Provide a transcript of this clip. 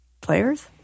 players